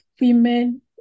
women